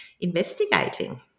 investigating